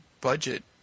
budget